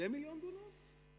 2 מיליוני דונם?